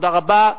תודה רבה.